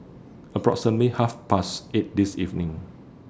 approximately Half Past eight This evening